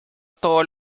todos